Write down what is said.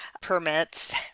permits